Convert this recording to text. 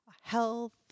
health